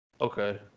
Okay